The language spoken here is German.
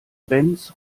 benz